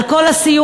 על כל הסיוע.